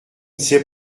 sais